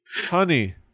honey